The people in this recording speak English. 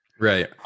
Right